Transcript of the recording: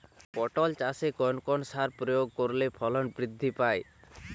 পটল চাষে কোন কোন সার প্রয়োগ করলে ফলন বৃদ্ধি পায়?